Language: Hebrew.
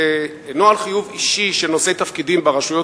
נוהל חיוב אישי של נושאי תפקידים ברשויות